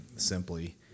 simply